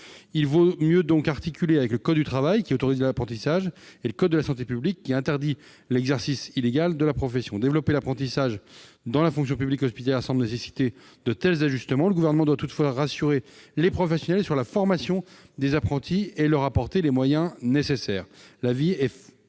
Il faut donc mieux articuler le code du travail, qui autorise l'apprentissage, et le code de la santé publique, qui interdit l'exercice illégal de la profession. Développer l'apprentissage dans la fonction publique hospitalière semble nécessiter de tels ajustements. Le Gouvernement doit toutefois rassurer les professionnels sur la formation des apprentis et apporter les moyens nécessaires.